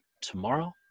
tomorrow